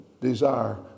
desire